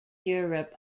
europe